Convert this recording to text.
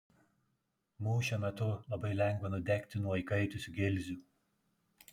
mūšio metu labai lengva nudegti nuo įkaitusių gilzių